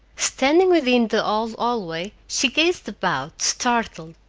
standing within the old hallway, she gazed about, startled.